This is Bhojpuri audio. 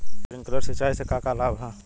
स्प्रिंकलर सिंचाई से का का लाभ ह?